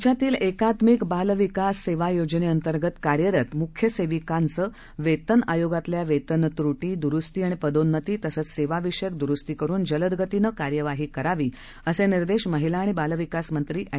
राज्यातील एकात्मिक बाल विकास सेवा योजनेंतर्गत कार्यरत मुख्य सेविका यांचं वेतन आयोगातल्या वेतन त्रटी द्रुस्ती आणि पदोन्नती तसंच सेवा विषयक दुरुस्ती करुन जलदगतीनं कार्यवाही करावी असे निर्देश महिला आणि बाल विकास मंत्री एड